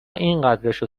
اینقدرشو